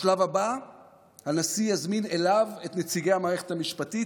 בשלב הבא הנשיא יזמין אליו את נציגי המערכת המשפטית,